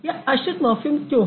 यह आश्रित मॉर्फ़िम क्यों है